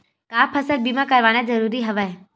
का फसल बीमा करवाना ज़रूरी हवय?